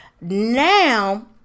Now